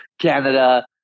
canada